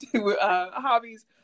hobbies